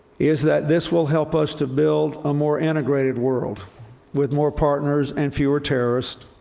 is that this will help us to build a more integrated world with more partners and fewer terrorists,